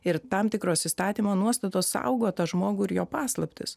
ir tam tikros įstatymo nuostatos saugo tą žmogų ir jo paslaptis